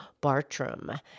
Bartram